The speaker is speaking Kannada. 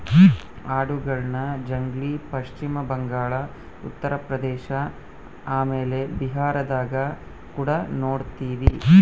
ಆಡುಗಳ್ನ ಜಗ್ಗಿ ಪಶ್ಚಿಮ ಬಂಗಾಳ, ಉತ್ತರ ಪ್ರದೇಶ ಆಮೇಲೆ ಬಿಹಾರದಗ ಕುಡ ನೊಡ್ತಿವಿ